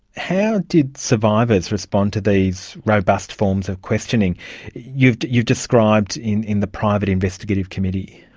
how did survivors respond to these robust forms of questioning you've you've described in in the private investigative committee?